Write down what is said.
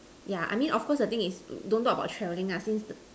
yeah I mean of course the thing is don't talk about travelling ah since the